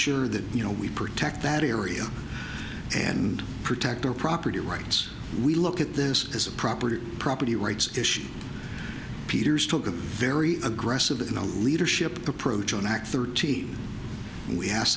sure that you know we protect that area and protect our property rights we look at this as a property or property rights issue peters took a very aggressive no leadership approach on act thirteen and we ask